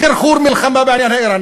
חרחור מלחמה עם איראן,